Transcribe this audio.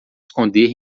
esconder